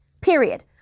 period